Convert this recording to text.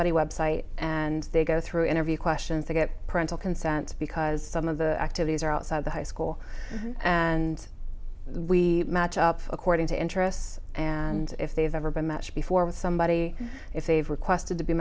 body website and they go through interview questions to get parental consent because some of the activities are outside the high school and we match up according to interests and if they've ever been matched before with somebody if they've requested to be